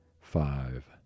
five